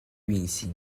运行